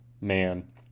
man